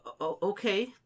Okay